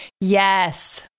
Yes